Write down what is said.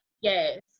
yes